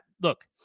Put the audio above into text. look